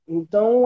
Então